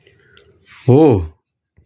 हो